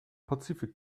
pazifik